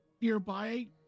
nearby